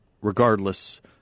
regardless